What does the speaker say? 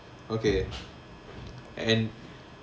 okay and